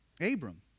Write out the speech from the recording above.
Abram